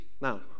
now